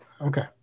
Okay